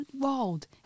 world